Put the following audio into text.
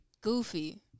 goofy